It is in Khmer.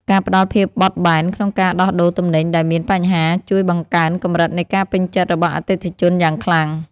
ការផ្តល់ភាពបត់បែនក្នុងការដោះដូរទំនិញដែលមានបញ្ហាជួយបង្កើនកម្រិតនៃការពេញចិត្តរបស់អតិថិជនយ៉ាងខ្លាំង។